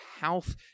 health